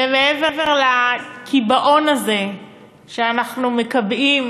ומעבר לקיבעון הזה שאנחנו מקבעים